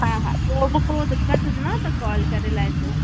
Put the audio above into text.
हा हा पोइ मूंखे हूअ दिक़तु न त कॉल करे लाहिजो